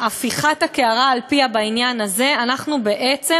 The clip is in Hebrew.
בהפיכת הקערה על פיה בעניין הזה אנחנו בעצם